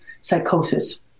psychosis